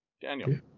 Daniel